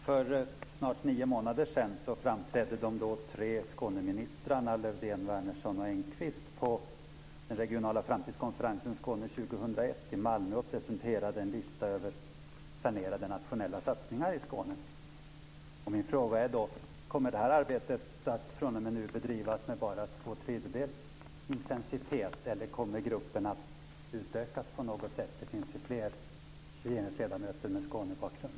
Fru talman! Jag har en fråga till Lars-Erik Lövdén. För snart nio månader sedan framträdde de tre Malmö och presenterade en lista över planerade nationella satsningar i Skåne. Min fråga är: Kommer detta arbete att fr.o.m. nu bedrivas med bara två tredjedels intensitet, eller kommer gruppen att utökas på något sätt? Det finns ju fler regeringsledamöter med Skånebakgrund.